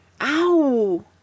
Ow